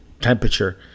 temperature